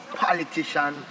politician